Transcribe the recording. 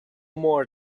more